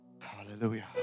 Hallelujah